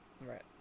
Right